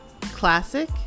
Classic